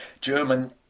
German